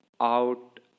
out